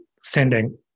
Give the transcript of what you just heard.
sending